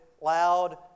loud